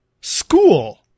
School